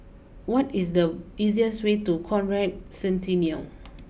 what is the easiest way to Conrad Centennial